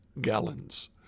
gallons